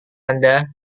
anda